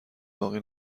باقی